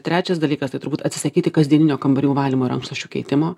trečias dalykas tai turbūt atsisakyti kasdieninio kambarių valymo ir rankšluosčių keitimo